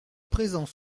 présent